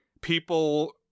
people